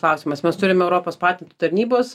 klausimas mes turim europos patentų tarnybos